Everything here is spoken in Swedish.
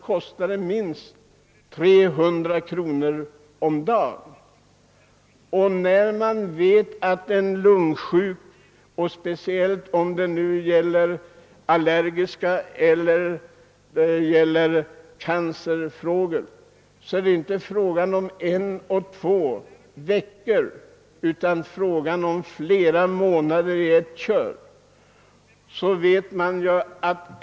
Därtill kommer att vården av en lungsjuk — speciellt när det gäller allergier och cancer — inte tar bara en eller två veckor utan varar flera månader i sträck.